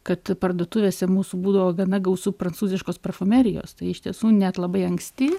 kad parduotuvėse mūsų būdavo gana gausu prancūziškos parfumerijos tai iš tiesų net labai anksti